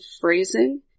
phrasing